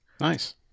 Nice